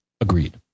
Agreed